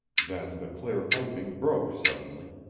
then the clear piping broke suddenly.